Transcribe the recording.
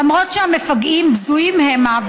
למרות שהמפגעים בזויים המה,